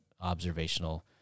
observational